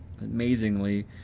Amazingly